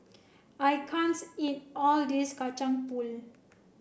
I can't eat all of this Kacang Pool